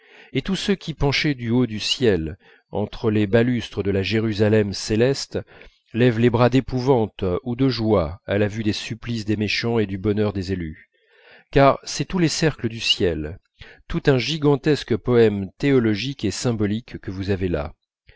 et tous ceux qui penchés du haut du ciel entre les balustres de la jérusalem céleste lèvent les bras d'épouvante ou de joie à la vue des supplices des méchants et du bonheur des élus car c'est tous les cercles du ciel tout un gigantesque poème théologique et symbolique que vous avez là